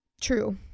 True